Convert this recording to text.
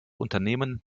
unternehmen